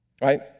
Right